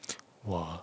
!wah!